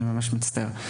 אני ממש מצטער.